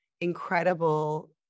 incredible